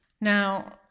Now